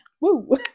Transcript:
Woo